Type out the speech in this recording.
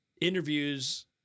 interviews